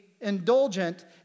Indulgent